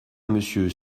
monsieur